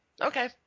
okay